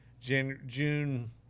June